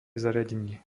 zariadenie